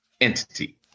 entity